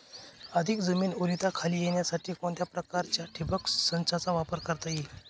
अधिक जमीन ओलिताखाली येण्यासाठी कोणत्या प्रकारच्या ठिबक संचाचा वापर करता येईल?